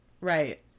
Right